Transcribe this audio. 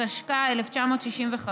התשכ"ה 1965,